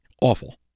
Awful